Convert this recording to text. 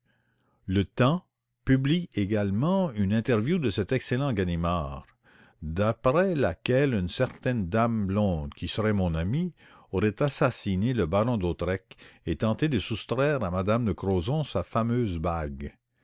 le temps publie également une interview de ce bon ganimard d'après laquelle une certaine dame blonde qui serait mon amie aurait assassiné le baron d'hautois et tenté de soustraire à m me de crozon sa fameuse bague